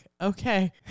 okay